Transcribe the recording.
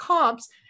comps